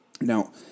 now